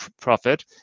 profit